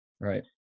Right